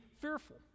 fearful